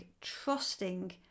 trusting